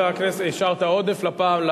השארת עודף לפעם,